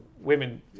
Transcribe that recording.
women